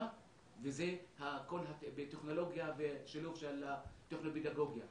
וזה כל הטכנולוגיה והשילוב של הטכנו פדגוגיה.